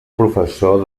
professor